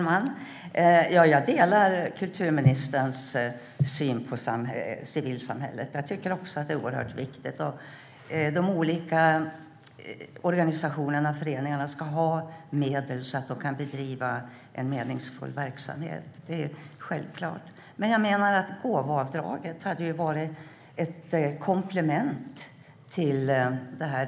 Herr talman! Jag delar kulturministern syn på civilsamhället. Jag tycker också att det är oerhört viktigt. De olika organisationerna och föreningarna ska ha medel så att de kan bedriva en meningsfull verksamhet. Det är självklart. Men jag menar att gåvoavdraget hade varit ett komplement till detta.